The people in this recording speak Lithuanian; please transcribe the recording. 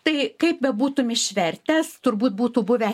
tai kaip bebūtum išvertęs turbūt būtų buvę